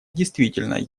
действительно